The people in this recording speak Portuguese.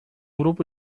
grupo